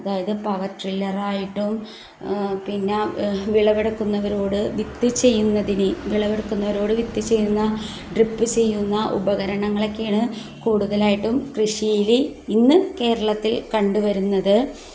അതായത് പവർ ട്രില്ലറായിട്ടും പിന്നെ വിളവെടുക്കുന്നവരോട് വിത്ത് ചെയ്യുന്നതിന് വിളവെടുക്കുന്നവരോട് വിത്ത് ചെയ്യുന്ന ഡ്രിപ്പ് ചെയ്യുന്ന ഉപകരണങ്ങളൊക്കെയാണ് കൂടുതലായിട്ടും കൃഷിയിൽ ഇന്ന് കേരളത്തിൽ കണ്ടുവരുന്നത്